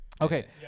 Okay